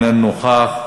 איננו נוכח,